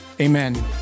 Amen